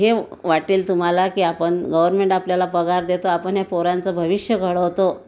हे वाटेल तुम्हाला की आपण गवरमेंट आपल्याला पगार देतो आपण या पोरांचं भविष्य घडवतो